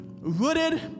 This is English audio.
Rooted